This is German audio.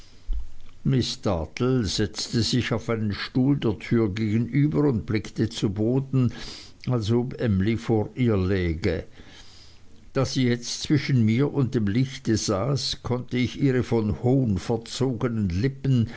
miß dartle setzte sich auf einen stuhl der türe gegenüber und blickte zu boden als ob emly vor ihr läge da sie jetzt zwischen mir und dem lichte saß konnte ich ihre von hohn verzognen lippen